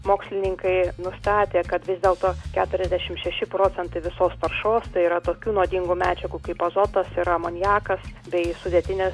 mokslininkai nustatė kad vis dėlto keturiasdešimt šeši procentai visos taršos tai yra tokių nuodingų medžiagų kaip azotas ir amoniakas bei sudėtinės